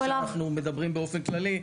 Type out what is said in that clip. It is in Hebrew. אני מניח שאנחנו מדברים באופן כללי.